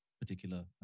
particular